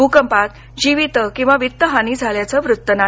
भूकंपात जिवीत किंवा वित्त हानी झाल्याचं वृत्त नाही